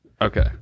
Okay